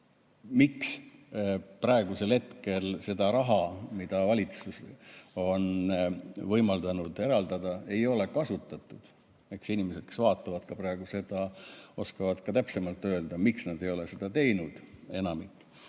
miks praegusel hetkel seda raha, mida valitsus on võimaldanud eraldada, ei ole kasutatud. Eks inimesed, kes vaatavad praegu seda, oskavad täpsemalt öelda, miks nad ei ole seda teinud, enamik.